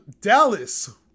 Dallas